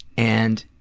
and